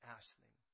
Ashley